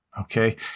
Okay